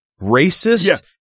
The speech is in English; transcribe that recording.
Racist